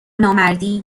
نامردی